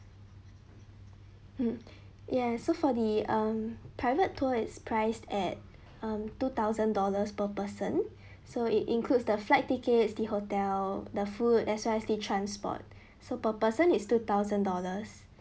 hmm ya so for the um private tour is priced at um two thousand dollars per person so it includes the flight tickets the hotel the food as well as the transport so per person is two thousand dollars